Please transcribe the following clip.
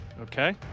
Okay